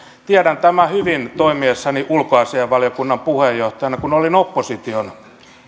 tiedän tämän hyvin toimiessani ulkoasiainvaliokunnan puheenjohtajana kun olin opposition